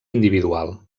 individual